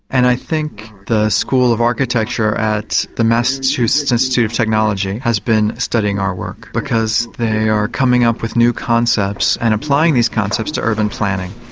and i think the school of architecture at the massachusetts institute of technology has been studying our work, because they are coming up with new concepts and applying these concepts to urban planning.